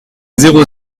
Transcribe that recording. zéro